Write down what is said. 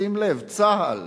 שים לב, צה"ל